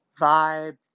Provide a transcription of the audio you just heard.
vibe